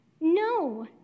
No